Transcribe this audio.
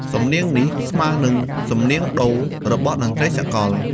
សំនៀងនេះស្មើនឹងសំនៀងដូ របស់តន្ដ្រីសាកល។